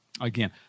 again